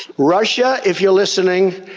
russia, if you're listening,